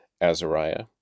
Azariah